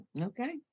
Okay